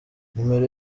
nimero